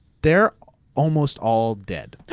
they're almost all dead.